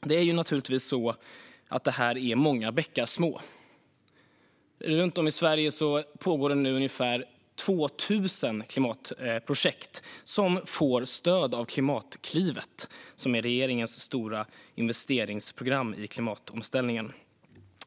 det är många bäckar små. Runt om i Sverige pågår ungefär 2 000 klimatprojekt som får stöd av Klimatklivet, som är regeringens stora investeringsprogram i klimatomställningen.